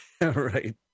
Right